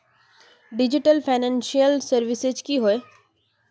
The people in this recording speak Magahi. डिजिटल फैनांशियल सर्विसेज की होय?